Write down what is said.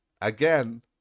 again